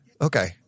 Okay